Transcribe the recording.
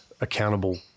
accountable